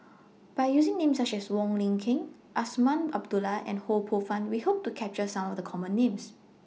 By using Names such as Wong Lin Ken Azman Abdullah and Ho Poh Fun We Hope to capture Some of The Common Names